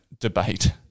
debate